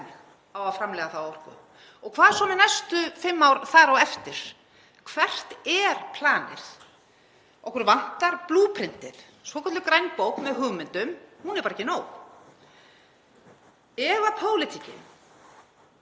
á að framleiða þá orku? Og hvað svo með næstu fimm ár þar á eftir? Hvert er planið? Okkur vantar „blueprintið“. Svokölluð grænbók með hugmyndum er bara ekki nóg. Ef pólitíkin,